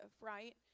right